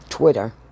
Twitter